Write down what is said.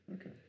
Okay